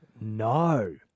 No